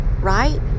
Right